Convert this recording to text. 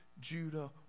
Judah